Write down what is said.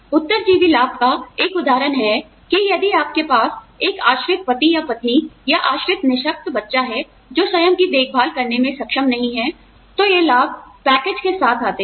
उत्तरजीवी लाभ का एक उदाहरण है कि यदि आपके पास एक आश्रित पति या पत्नी या आश्रित निःशक्त बच्चा है जो स्वयं की देखभाल करने में सक्षम नहीं है तो ये लाभ पैकेज के साथ आते हैं